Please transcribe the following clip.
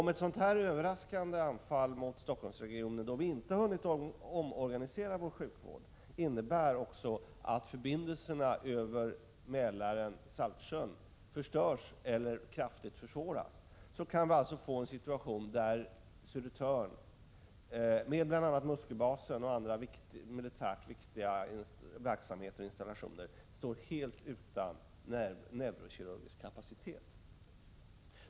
Om ett överraskande anfall sker mot Stockholmsregionen och vi inte hunnit omorganisera vår sjukvård, innebär det också att förbindelserna över Mälaren —Saltsjön förstörs eller kraftigt försvåras. Då kan vi få en situation där Södertörn, med bl.a. Musköbasen och andra militärt viktiga verksamheter och installationer, står helt utan neurokirurgisk kapacitet.